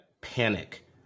panic